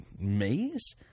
maze